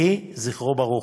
יהי זכרו ברוך.